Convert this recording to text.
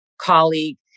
colleague